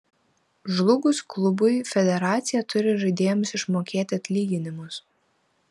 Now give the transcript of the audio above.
žlugus klubui federacija turi žaidėjams išmokėti atlyginimus